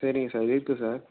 சரிங்க சார் இருக்குது சார்